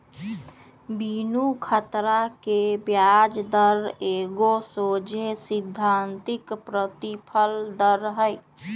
बिनु खतरा के ब्याज दर एगो सोझे सिद्धांतिक प्रतिफल दर हइ